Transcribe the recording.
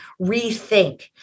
rethink